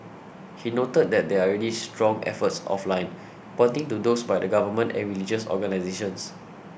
he noted that there are already strong efforts offline pointing to those by the Government and religious organisations